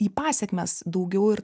į pasekmes daugiau ir